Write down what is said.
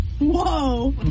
Whoa